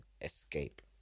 escape